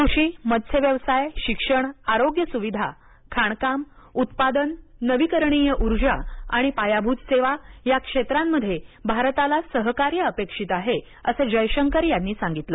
कृषी मत्स्यव्यवसाय शिक्षण आरोग्य सुविधा खाणकाम उत्पादन नवीकरणीय ऊर्जा आणि पायाभुत सेवा या क्षेत्रामध्ये भारताला सहकार्य अपेक्षित आहे असं जयशंकर यांनी सांगितलं